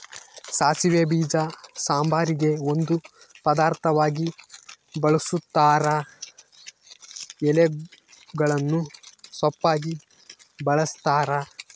ಸಾಸಿವೆ ಬೀಜ ಸಾಂಬಾರಿಗೆ ಒಂದು ಪದಾರ್ಥವಾಗಿ ಬಳುಸ್ತಾರ ಎಲೆಗಳನ್ನು ಸೊಪ್ಪಾಗಿ ಬಳಸ್ತಾರ